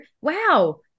wow